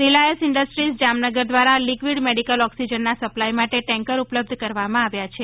Reliance Industries Jamnagar દ્વારા liquid medical ઓક્સિજનના supply માટે ટેન્કર ઉપલબ્ધ કરવામાં આવ્યા છે